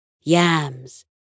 yams